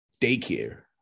daycare